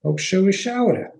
aukščiau į šiaurę